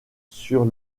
sur